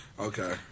Okay